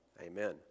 Amen